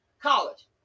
college